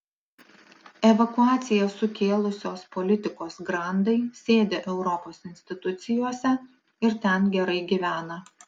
evakuaciją sukėlusios politikos grandai sėdi europos institucijose ir ten gerai gyvena